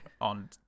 on